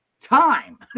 time